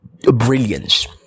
brilliance